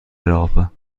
europa